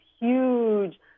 huge